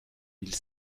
mille